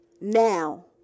now